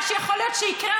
מה שיכול להיות שיקרה,